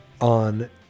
on